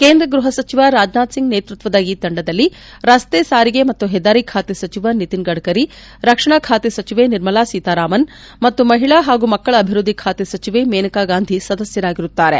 ಕೇಂದ್ರ ಗ್ಬಹಸಚಿವ ರಾಜನಾಥ್ಸಿಂಗ್ ನೇತೃತ್ವದ ಈ ತಂಡದಲ್ಲಿ ರಸ್ತೆ ಸಾರಿಗೆ ಹಾಗೂ ಹೆದ್ದಾರಿ ಖಾತೆ ಸಚಿವ ನಿತಿನ್ ಗದ್ಕರಿ ರಕ್ಷಣಾ ಖಾತೆ ಸಚಿವೆ ನಿರ್ಮಲಾ ಸೀತಾರಾಮನ್ ಮತ್ತು ಮಹಿಳಾ ಹಾಗೂ ಮಕ್ಕಳ ಅಭಿವೃದ್ದಿ ಖಾತೆ ಸಚಿವೆ ಮೇನಕಾ ಗಾಂಧಿ ಸದಸ್ನರಾಗಿರುತ್ತಾರೆ